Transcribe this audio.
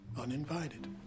uninvited